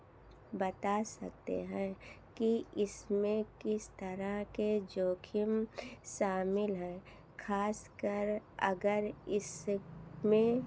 बता सकते हैं कि इसमें इस तरह के जोखिम शामिल हैं खासकर अगर इस में